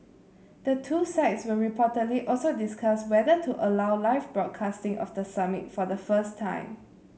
the two sides will reportedly also discuss whether to allow live broadcasting of the summit for the first time